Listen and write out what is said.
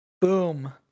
Boom